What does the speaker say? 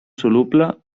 soluble